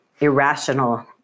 irrational